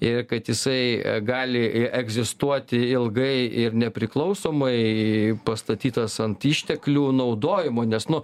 ir kad jisai gali egzistuoti ilgai ir nepriklausomai pastatytas ant išteklių naudojimo nes nu